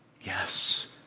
Yes